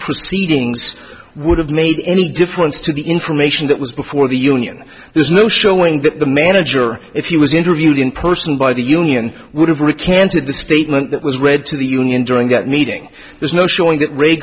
proceedings would have made any difference to the information that was before the union there's no showing that the manager if he was interviewed in person by the union would have recanted the statement that was read to the union during that meeting there's no showing that ra